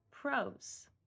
Pros